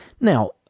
Now